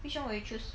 which [one] will you choose